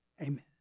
Amen